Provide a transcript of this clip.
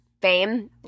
fame